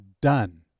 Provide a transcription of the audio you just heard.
done